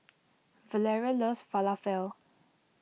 Valeria loves Falafel